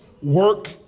work